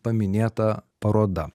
paminėta paroda